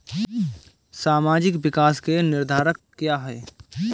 सामाजिक विकास के निर्धारक क्या है?